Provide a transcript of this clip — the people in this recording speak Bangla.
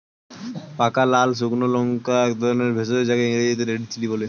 পাকা লাল বা শুকনো লঙ্কা একধরনের ভেষজ যাকে ইংরেজিতে রেড চিলি বলে